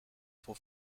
for